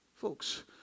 Folks